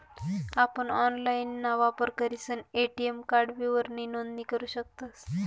आपण ऑनलाइनना वापर करीसन ए.टी.एम कार्ड विवरणनी नोंदणी करू शकतस